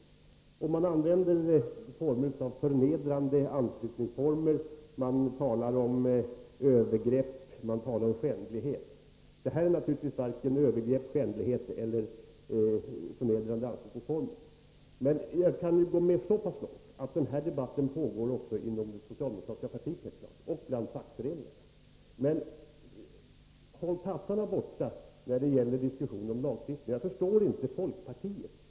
Det talas om förnedrande anslutningsformer, övergrepp och skändlighet. Det är naturligtvis varken fråga om övergrepp, skändlighet eller förnedrande anslutningsformer. Men jag kan hålla med så långt som att debatten pågår också inom det socialdemokratiska partiet och bland fackföreningarna. Men håll tassarna borta när det gäller diskussion om lagstiftning! Jag förstår inte folkpartiet.